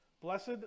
Blessed